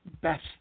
best